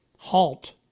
halt